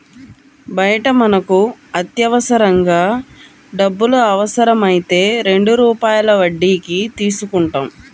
బయట మనకు అత్యవసరంగా డబ్బులు అవసరమైతే రెండు రూపాయల వడ్డీకి తీసుకుంటాం